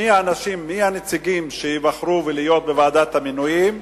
מי הנציגים שייבחרו להיות בוועדת המינויים,